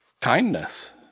kindness